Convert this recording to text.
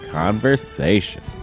conversation